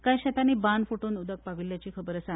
कांय शेतांनी बांद फुटून उदक पाविल्ल्याची खबर आसा